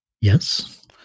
Yes